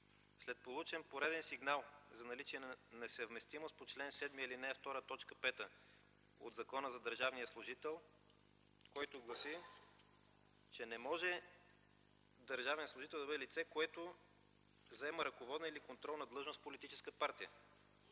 след получен пореден сигнал за наличие на несъвместимост по чл. 7, ал. 2, т. 5 от Закона за държавния служител, който гласи, че не може държавен служител да бъде лице, което заема ръководна или контролна длъжност в политическа партия.